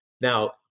Now